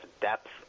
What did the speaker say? depth